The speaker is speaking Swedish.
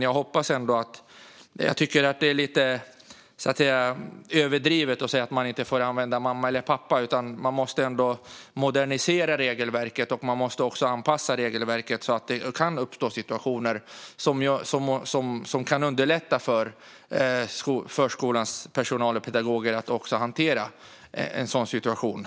Jag tycker dock att det är lite överdrivet att säga att man inte ska få använda "mamma" eller "pappa". Man måste ändå modernisera regelverket och anpassa det så att det underlättar för förskolans personal och pedagoger att hantera situationer som kan uppstå.